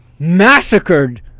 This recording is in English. massacred